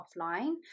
offline